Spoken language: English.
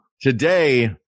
Today